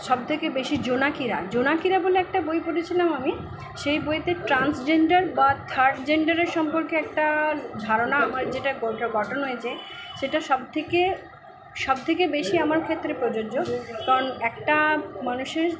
সব থেকে বেশি জোনাকিরা জোনাকিরা বলে একটা বই পড়েছিলাম আমি সেই বইতে ট্রান্সজেন্ডার বা থার্ড জেন্ডারের সম্পর্কে একটা ধারণা আমার যেটা গঠন হয়েছে সেটা সব থেকে সব থেকে বেশি আমার ক্ষেত্রে প্রযোজ্য কারণ একটা মানুষের